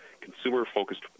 consumer-focused